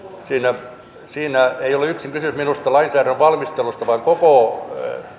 siinä siinä ei ole yksin kyse minusta lainsäädännön valmistelusta vaan koko